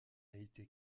été